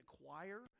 acquire